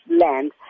land